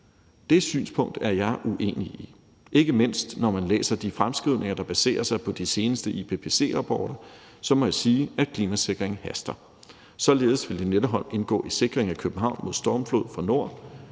Det synspunkt er jeg uenig i; ikke mindst når man læser de fremskrivninger, der baserer sig på de seneste IPPC-rapporter, må jeg sige, at klimasikringen haster. Således vil Lynetteholm indgå i sikring af København mod stormflod fra nord,